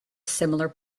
similar